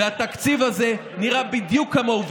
והתקציב הזה נראה בדיוק כמוהו.